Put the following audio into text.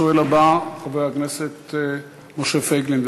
השואל הבא, חבר הכנסת משה פייגלין.